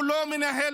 למה?